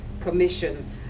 Commission